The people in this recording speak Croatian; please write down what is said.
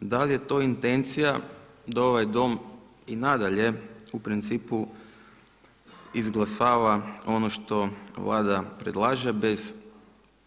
Da li je to intencija da ovaj dom i nadalje u principu izglasava ono što Vlada predlaže bez